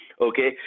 Okay